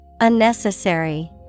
Unnecessary